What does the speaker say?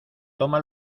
toma